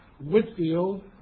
Whitfield